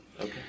Okay